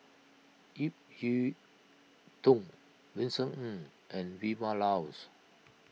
Ip Yiu Tung Vincent Ng and Vilma Laus